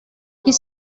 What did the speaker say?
his